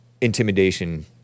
intimidation